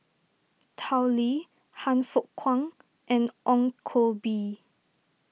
Tao Li Han Fook Kwang and Ong Koh Bee